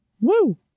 woo